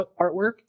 artwork